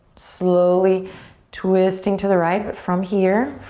slowly twisting to the right but from here.